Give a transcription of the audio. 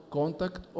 contact